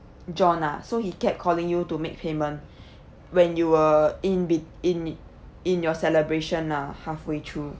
john ah so he kept calling you to make payment when you were in be~ in in your celebration lah halfway through